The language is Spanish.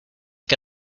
que